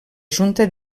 junta